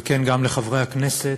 וכן, גם לחברי הכנסת,